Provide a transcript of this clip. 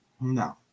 No